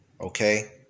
Okay